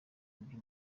ibyo